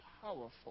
powerful